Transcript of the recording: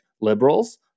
liberals